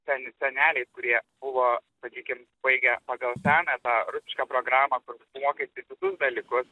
ten seneliai kurie buvo sakykim baigę pagal seną tą rusišką programą kur tu mokaisi visus dalykus